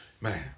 man